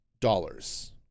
dollars